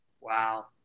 Wow